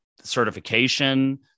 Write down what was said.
certification